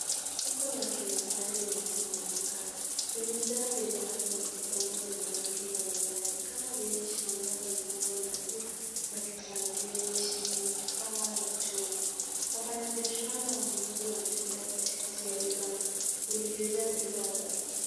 Soko la kimaasai linachangamka. Limejaa bidhaa za mikono zenye rangi mbalimbali kama vile shanga, vinyago na nguo za kitamaduni chini ya paa la chuma. Wafanyabiashara na wanunuzi wanatembea katikati ya vibanda vilivyojaa bidhaa za kipekee.